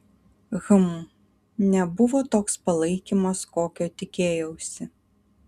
hm nebuvo toks palaikymas kokio tikėjausi